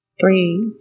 three